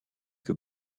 que